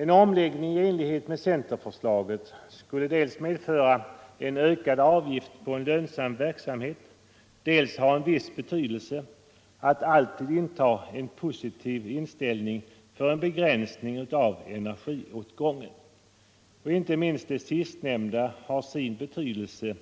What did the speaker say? En omläggning i enlighet med centerförslaget skulle dels medföra en ökad avgift på en lönsam verksamhet, dels ha en viss betydelse för en positiv inställning till en begränsning av energiåtgången. Inte minst det sistnämnda har sin betydelse